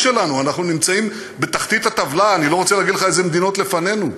אותן לעומק.